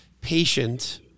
patient